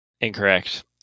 incorrect